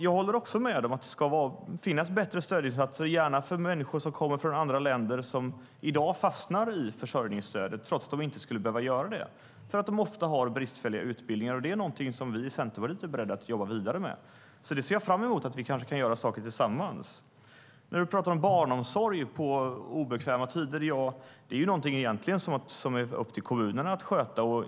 Jag håller också med om att det ska finnas bättre stödinsatser, gärna för människor som kommer från andra länder och som i dag fastnar i försörjningsstödet, trots att de inte skulle behöva göra det, för att de ofta har bristfälliga utbildningar. Det är någonting som vi i Centerpartiet är beredda att jobba vidare med. Jag ser därför fram emot att vi kanske kan göra saker tillsammans. Du talar om barnomsorg på obekväma tider. Det är egentligen upp till kommunerna att sköta det.